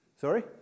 Sorry